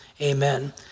amen